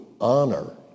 honor